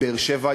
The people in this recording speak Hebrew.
באר-שבע,